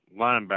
linebacker